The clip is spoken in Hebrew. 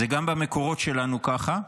זה גם במקורות שלנו ככה,